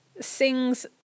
sings